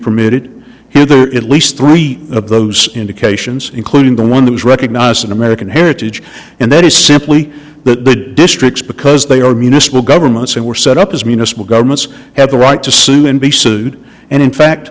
permitted and there are at least three of those indications including the one whose recognize an american heritage and that is simply the districts because they are municipal governments and were set up as municipal governments have the right to sue and be sued and in fact